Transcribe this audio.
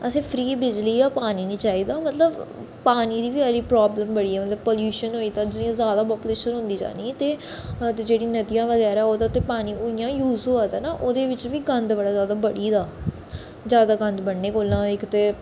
असें फ्री बिजली जां पानी नी चाहिदा मतलब पानी दी बी अल्ली प्राब्लम बड़ी ऐ मतलब पल्युशन होई गेदा जियां ज्यादा पापुलेशन होंदी जानी ऐ ते हां ते जेह्ड़ी नदियां बगैरा ते ओह्दा ते पानी उयां यूज होआ दा ना ओह्दे बिच्च बी गंद बड़ा ज्यादा बढ़ी गेदा जंदा ज्यादा गंद बढ़ने कोला इक ते